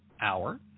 hour